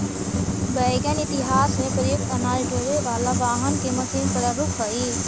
wagon इतिहास में प्रयुक्त अनाज ढोवे वाला वाहन के मशीन प्रारूप हई